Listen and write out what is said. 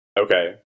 okay